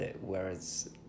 whereas